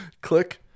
Click